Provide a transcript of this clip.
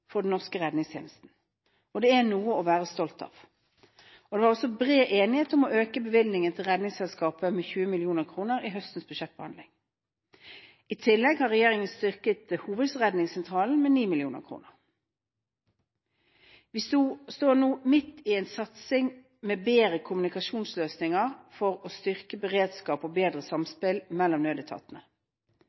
for den norske redningstjenesten. Det er noe å være stolt av. Det var også bred enighet om å øke bevilgningen til Redningsselskapet med 20 mill. kr i høstens budsjettbehandling. I tillegg har regjeringen styrket Hovedredningssentralen med 9 mill. kr. Vi står nå midt i en satsing på bedre kommunikasjonsløsninger for å styrke beredskapen og bedre samspillet mellom nødetatene.